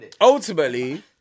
ultimately